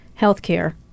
healthcare